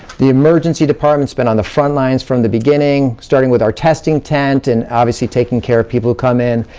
the emergency department's been on the frontlines from the beginning, starting with our testing tent, and obviously taking care of people who come in.